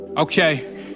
Okay